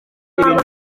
ibintu